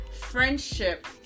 friendship